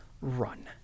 Run